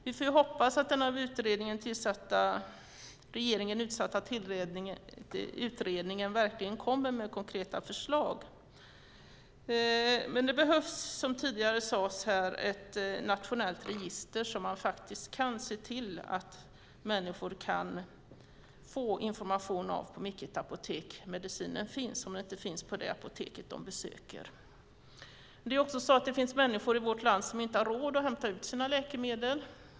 Vi får hoppas att den av regeringen tillsatta utredningen verkligen kommer med konkreta förslag. Det behövs, som har sagts här tidigare, ett nationellt register så att människor kan få information om på vilket apotek medicinen finns om den inte finns på det apotek de besöker. Det finns människor i vårt land som inte har råd att hämta ut sina läkemedel.